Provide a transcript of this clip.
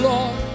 Lord